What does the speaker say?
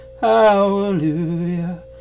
hallelujah